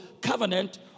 covenant